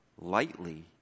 lightly